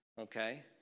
okay